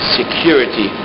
security